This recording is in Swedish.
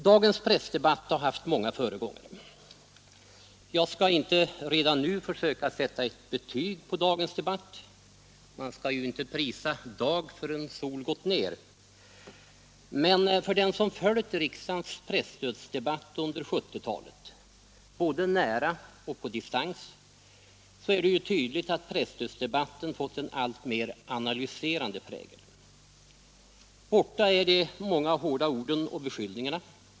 Dagens pressdebatt har haft många föregångare. Jag skall inte redan nu försöka sätta betyg på dagens debatt — man skall ju inte prisa dag förrän sol gått ner = men för den som följt riksdagens presstödsdebatter under 1970-talet, både nära och på distans, är det tydligt att presstödsdebatterna fått en alltmer analyserande prägel. Borta är de många hårda orden och beskyllningarna.